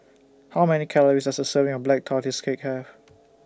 How Many Calories Does A Serving of Black Tortoise Cake Have